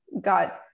got